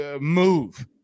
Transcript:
move